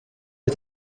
est